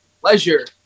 pleasure